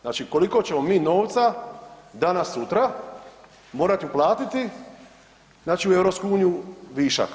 Znači, koliko ćemo mi novca danas sutra morati uplatiti znači u EU višak?